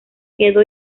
quedó